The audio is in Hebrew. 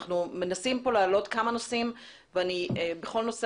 אנחנו מנסים כאן להעלות כמה נושאים ובכל נושא